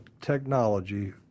technology